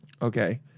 Okay